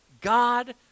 God